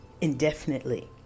indefinitely